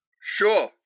Sure